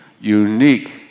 unique